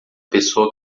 pessoa